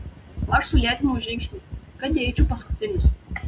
aš sulėtinau žingsnį kad įeičiau paskutinis